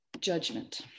Judgment